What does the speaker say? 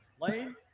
Lane